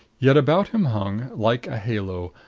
yet about him hung, like a halo,